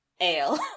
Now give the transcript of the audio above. Ale